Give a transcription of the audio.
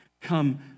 Come